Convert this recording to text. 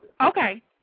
Okay